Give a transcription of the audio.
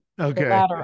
Okay